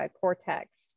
cortex